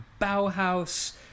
Bauhaus